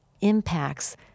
impacts